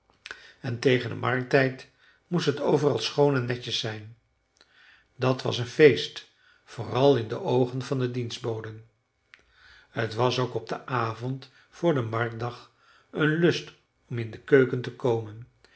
en tegen den markttijd moest het overal schoon en netjes zijn dat was een feest vooral in de oogen van de dienstboden t was ook op den avond voor den marktdag een lust om in de keuken te komen